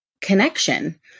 connection